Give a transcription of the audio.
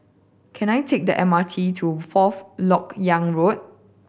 can I take the M R T to Fourth Lok Yang Road